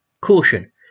caution